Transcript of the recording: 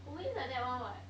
always like that [one] [what]